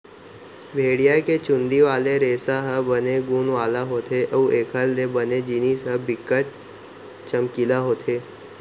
भेड़िया के चुंदी वाले रेसा ह बने गुन वाला होथे अउ एखर ले बने जिनिस ह बिकट चमकीला होथे